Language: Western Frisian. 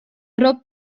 ropt